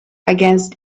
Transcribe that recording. against